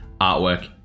artwork